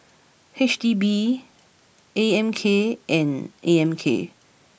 H D B A M K and A M K